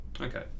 Okay